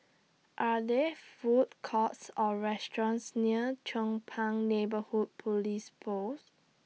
Are There Food Courts Or restaurants near Chong Pang Neighbourhood Police Post